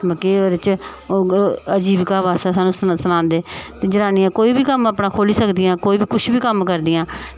मतलब कि ओह्दे च अजीविका बास्तै सानूं सखांदे ते जनानियां कोई बी कम्म अपना खोह्ल्ली सकदियां कोई बी कुछ बी कम्म करदियां